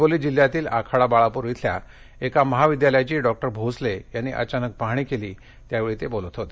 हिंगोली जिल्ह्यातील आखाडा बाळापूर इथल्या एका महाविद्यालयाची डॉक्टर भोसले यांनी अचानक पाहणी केली त्यावेळी ते बोलत होते